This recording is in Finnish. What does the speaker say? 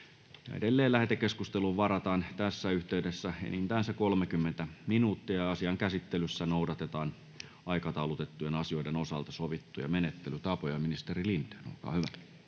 Lähetekeskustelua varten varataan tässä vaiheessa enintään 30 minuuttia. Asian käsittelyssä noudatetaan aikataulutettujen asioiden osalta sovittuja menettelytapoja. — Esittelypuheenvuoro,